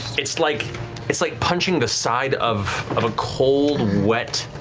it's like it's like punching the side of of a cold, wet,